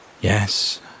Yes